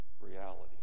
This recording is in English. reality